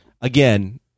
again